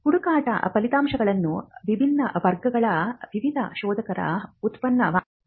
ಹುಡುಕಾಟದ ಫಲಿತಾಂಶಗಳು ವಿಭಿನ್ನ ವರ್ಗಗಳ ವಿವಿಧ ಶೋಧಕರ ಉತ್ಪನ್ನವಾಗಿರಬಹುದು